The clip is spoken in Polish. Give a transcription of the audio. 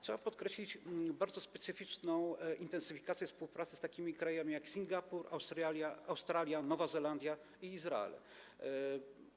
Trzeba podkreślić bardzo specyficzną intensyfikację współpracy z takimi krajami jak Singapur, Australia, Nowa Zelandia i Izrael.